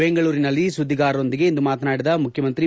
ಬೆಂಗಳೂರಿನಲ್ಲಿ ಸುದ್ದಿಗಾರರೊಂದಿಗೆ ಇಂದು ಮಾತನಾಡಿದ ಮುಖ್ಯಮಂತ್ರಿ ಬಿ